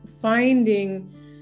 finding